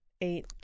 eight